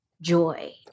joy